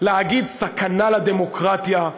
להגיד: סכנה לדמוקרטיה,